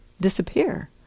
disappear